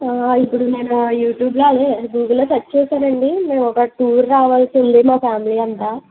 ఇప్పుడు నేను యూట్యూబ్లో అదే గూగుల్లో సర్చ్ చేసానండి మేము ఒక టూర్ రావల్సి ఉంది మా ఫ్యామిలీ అంతా